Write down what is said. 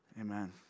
Amen